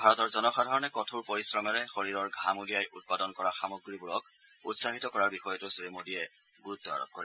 ভাৰতৰ জনসাধাৰণে কঠোৰ পৰিশ্ৰমেৰে শৰীৰৰ ঘাম উলিয়াই উৎপাদন কৰা সামগ্ৰীবোৰক উৎসাহিত কৰাৰ বিষয়তো শ্ৰীমোদীয়ে গুৰুত্ব আৰোপ কৰে